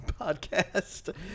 podcast